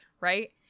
right